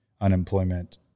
unemployment